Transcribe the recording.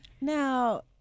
Now